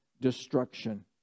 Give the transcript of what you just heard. destruction